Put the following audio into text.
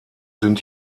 sind